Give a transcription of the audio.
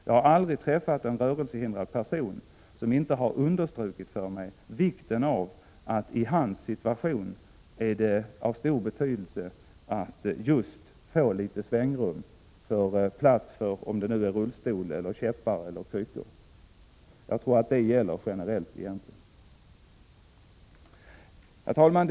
Jag har aldrig träffat en rörelsehindrad person som inte har understrukit att det i hans situation är avsstor betydelse att just få litet svängrum, med plats för rullstol, käppar eller kryckor. Detta gäller nog generellt. Herr talman!